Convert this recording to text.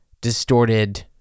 distorted